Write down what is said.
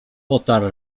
potarł